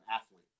athlete